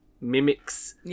mimics